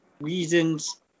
reasons